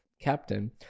captain